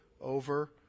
Over